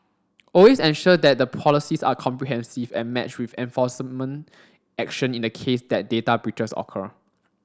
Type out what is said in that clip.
always ensure that the policies are comprehensive and matched with enforcement action in the case that data breaches occur